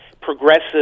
progressive